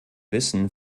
wissen